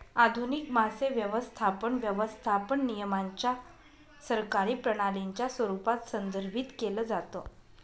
आधुनिक मासे व्यवस्थापन, व्यवस्थापन नियमांच्या सरकारी प्रणालीच्या स्वरूपात संदर्भित केलं जातं